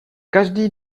každý